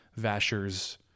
Vasher's